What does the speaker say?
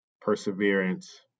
perseverance